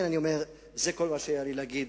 זה כל מה שהיה לי להגיד